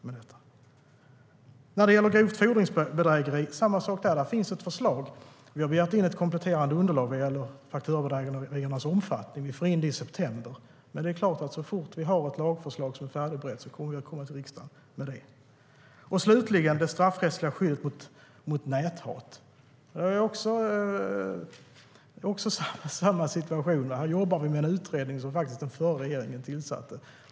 Samma sak gäller grovt fordringsbedrägeri. Det finns ett förslag. Vi har begärt in kompletterande underlag om fakturabedrägeriernas omfattning. Vi får in det i september. Så fort vi har ett lagförslag som är färdigberett kommer vi med det till riksdagen. När det slutligen gäller det straffrättsliga skyddet mot näthat är situationen densamma. Också där jobbar vi med en utredning som den förra regeringen tillsatte.